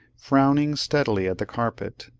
frowning steadily at the carpet,